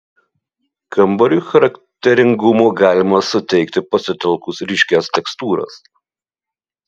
kambariui charakteringumo galima suteikti pasitelkus ryškias tekstūras